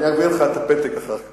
אני אעביר לך את הפתק אחר כך.